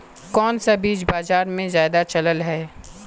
कोन सा बीज बाजार में ज्यादा चलल है?